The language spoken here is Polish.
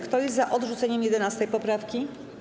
Kto jest za odrzuceniem 11. poprawki?